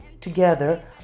together